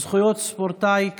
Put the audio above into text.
(זכויות ספורטאי קטין),